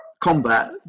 combat